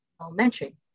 elementary